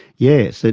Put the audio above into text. yes,